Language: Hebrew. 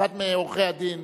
אחד מעורכי-הדין,